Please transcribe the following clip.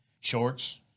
shorts